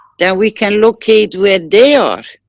that we can locate where they are,